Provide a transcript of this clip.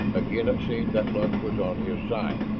again it seemed that luck was on his side.